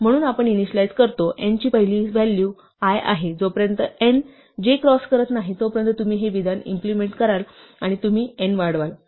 म्हणून आपण इनिशियलाइज करतो n ची पहिली व्हॅल्यू i आहे आणि जोपर्यंत n j क्रॉस करत नाही तोपर्यंत तुम्ही हे विधान इम्प्लिमेंट कराल आणि तुम्ही n वाढवाल